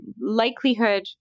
likelihood